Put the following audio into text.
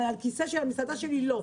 אבל על הכיסא של המסעדה שלי לא.